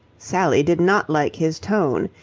sally did not like his tone.